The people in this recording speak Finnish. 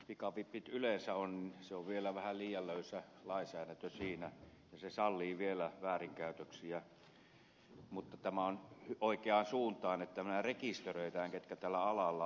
pikavipeistä yleensä on vielä vähän liian löysä lainsäädäntö ja se sallii vielä väärinkäytöksiä mutta tämä on oikeaan suuntaan että rekisteröidään ne ketkä tällä alalla ovat